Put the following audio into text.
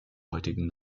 heutigen